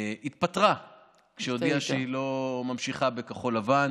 התפטרה כשהיא הודיעה שהיא לא ממשיכה בכחול לבן,